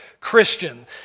Christian